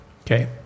okay